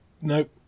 Nope